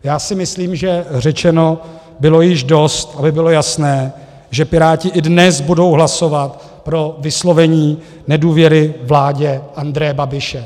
Já si myslím, že řečeno bylo již dost, aby bylo jasné, že Piráti i dnes budou hlasovat pro vyslovení nedůvěry vládě Andreje Babiše.